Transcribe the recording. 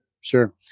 Sure